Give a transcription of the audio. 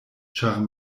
ĉar